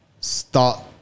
start